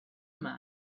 yma